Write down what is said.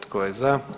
Tko je za?